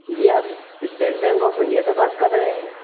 جی آپ State Bank of India سے بات کر رہے ہیں